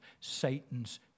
Satan's